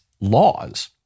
laws